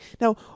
Now